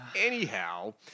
Anyhow